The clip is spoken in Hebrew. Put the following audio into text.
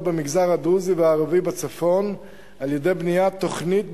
במגזר הדרוזי והערבי בצפון על-ידי בניית תוכנית,